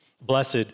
Blessed